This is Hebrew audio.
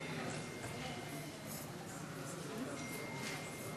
הוא פה.